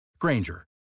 Granger